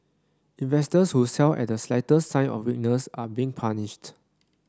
investors who sell at the slight sign of weakness are being punished